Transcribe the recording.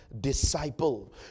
disciple